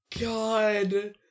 God